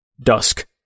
Dusk